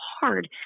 hard